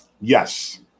Yes